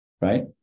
right